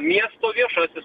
miesto viešasis